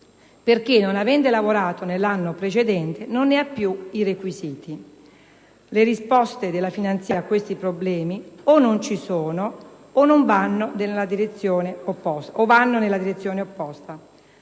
perché, non avendo lavorato nell'anno precedente, non ne ha più i requisiti. Le risposte della finanziaria ai suddetti problemi o non ci sono o vanno nella direzione opposta.